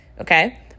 okay